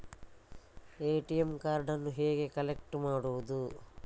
ATM ಕಾರ್ಡನ್ನು ಹೇಗೆ collect ಮಾಡುವುದು?